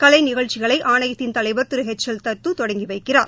கலை நிகழ்ச்சிகளை ஆணையத்தின் தலைவர் திரு எச் எல் தத்து தொடங்கி வைக்கிறார்